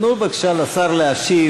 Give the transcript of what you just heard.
תנו בבקשה לשר להשיב,